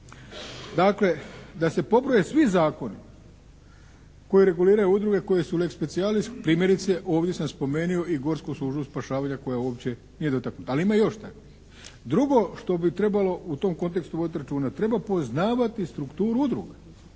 Dakle, da se pobroje svi zakoni koji reguliraju udruge koje su lex specialis, primjerice ovdje sam spomenuo i Gorsku službu spašavanja koja uopće nije dotaknuta. Ali ima još takvih. Drugo što bi trebalo u tom kontekstu voditi računa. Treba poznavati strukturu udruga.